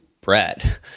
Brad